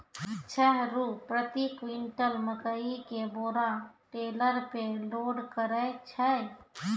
छह रु प्रति क्विंटल मकई के बोरा टेलर पे लोड करे छैय?